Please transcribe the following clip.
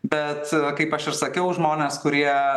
bet kaip aš ir sakiau žmonės kurie